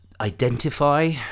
identify